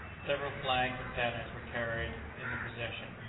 several flags and banners were carried in the procession,